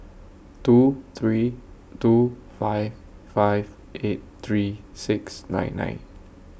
two three two five five eight three six nine nine